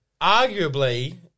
arguably